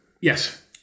Yes